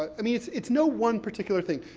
i mean, it's it's no one particular thing.